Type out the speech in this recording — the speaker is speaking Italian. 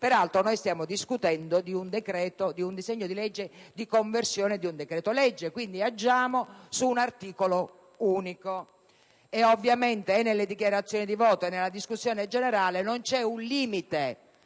Peraltro stiamo discutendo di un disegno di legge di conversione di un decreto-legge, quindi ci esprimiamo su un articolo unico. Ovviamente nelle dichiarazioni di voto e nella discussione generale non c'è un limite,